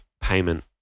payment